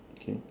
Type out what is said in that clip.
okay